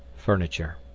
furniture